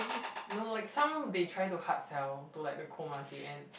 no like some they try to hard sell to like the cold market and